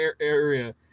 area